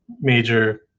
major